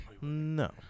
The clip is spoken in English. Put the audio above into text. No